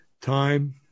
Time